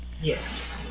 Yes